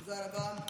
תודה רבה.